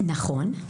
נכון,